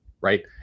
Right